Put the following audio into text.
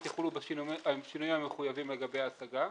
יחולו בשינויים המחויבים לגבי השגה,